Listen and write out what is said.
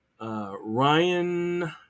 Ryan